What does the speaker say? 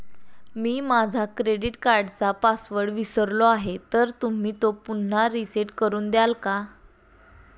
मी माझा क्रेडिट कार्डचा पासवर्ड विसरलो आहे तर तुम्ही तो पुन्हा रीसेट करून द्याल का?